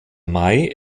may